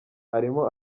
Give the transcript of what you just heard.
arimo